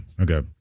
Okay